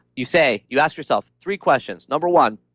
you say, you ask yourself three questions. number one,